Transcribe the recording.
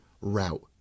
route